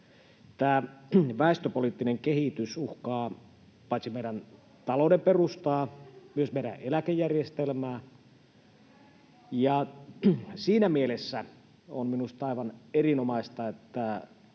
Tämä väestöpoliittinen kehitys uhkaa paitsi meidän talouden perustaa, myös meidän eläkejärjestelmää. Ja siinä mielessä on minusta aivan erinomaista, että